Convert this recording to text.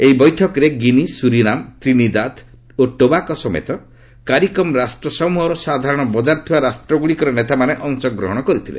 ଏହି ବୈଠକରେ Guinea Suriname Trinidad ଓ ଟୋବାକୋ ସମେତ କାରିକମ୍ ରାଷ୍ଟ୍ରସମ୍ବହର ସାଧାରଣ ବଜାର ଥିବା ରାଷ୍ଟ୍ରଗୁଡ଼ିକର ନେତାମାନେ ଅଂଶଗ୍ରହଣ କରିଥିଲେ